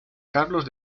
carlos